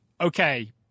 okay